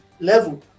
level